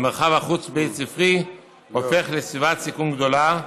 המרחב החוץ-בית-ספרי הופך לסביבת סיכון גדולה,